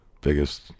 biggest